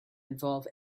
involve